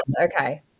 Okay